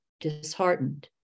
disheartened